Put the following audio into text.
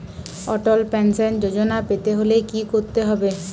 অটল pension যোজনা পেতে হলে কি করতে হবে?